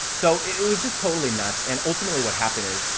so it was just totally nuts and ultimately what happened is,